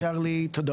אז רק נשאר לי להודות.